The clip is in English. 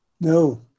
No